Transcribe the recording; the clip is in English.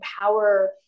empower